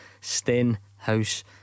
Stenhouse